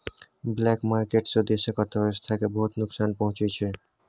black market सँ देशक अर्थव्यवस्था केँ बहुत नोकसान पहुँचै छै